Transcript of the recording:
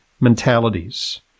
mentalities